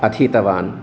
अधीतवान्